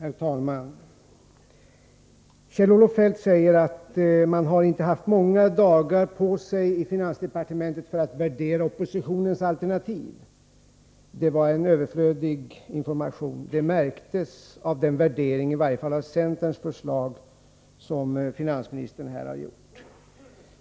Herr talman! Kjell-Olof Feldt säger att man inte har haft många dagar på sigi finansdepartementet för att värdera oppositionens alternativ. Det var en överflödig information. Det märktes av den värdering av i varje fall centerns förslag som finansministern här har gjort.